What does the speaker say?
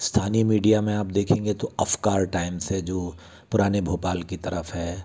स्थानीय मीडिया में आप देखेंगे तो अफ़्कार टाइम्स है जो पुराने भोपाल की तरफ है